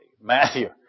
Matthew